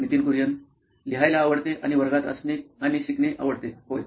Nitin Kurian COO nine electronics लिहायला आवडते आणि वर्गात असणे आणि शिकणे आवडते होय